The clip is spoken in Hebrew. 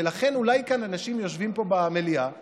ולכן, אולי כאן אנשים יושבים פה במליאה ואומרים: